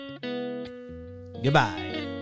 Goodbye